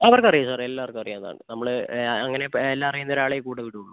അവർക്കും അറിയാം സാറെ എല്ലാവർക്കും അറിയാവുന്നതാണ് നമ്മൾ അങ്ങനെ എല്ലാം അറിയുന്നൊരാളേ കൂടെ വിടുളളൂ